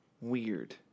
weird